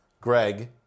Greg